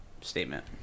statement